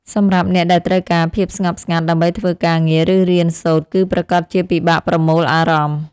សម្រាប់អ្នកដែលត្រូវការភាពស្ងប់ស្ងាត់ដើម្បីធ្វើការងារ ឬរៀនសូត្រគឺប្រាកដជាពិបាកប្រមូលអារម្មណ៍។